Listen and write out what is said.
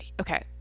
Okay